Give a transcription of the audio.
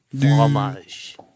fromage